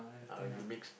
ah we mix